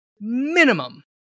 minimum